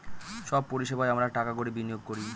সব পরিষেবায় আমরা টাকা কড়ি বিনিয়োগ করি